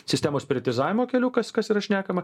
sistemos privatizavimo keliukas kas yra šnekama